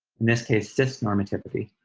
this case, cis-normativity,